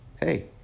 hey